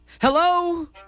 Hello